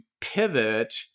pivot